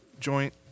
joint